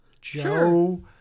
Joe